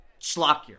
schlockier